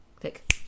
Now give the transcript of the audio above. Click